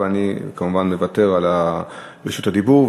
ואני כמובן מוותר על רשות הדיבור.